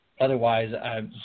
Otherwise